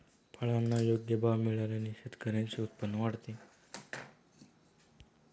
फळांना योग्य भाव मिळाल्याने शेतकऱ्यांचे उत्पन्न वाढते